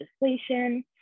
legislation